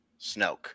Snoke